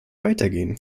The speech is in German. weitergehen